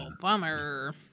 Bummer